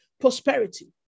Prosperity